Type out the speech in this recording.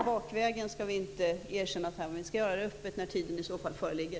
Bakvägen skall vi inte erkänna Taiwan, utan det skall vi öppet göra när tid för det föreligger.